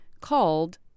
called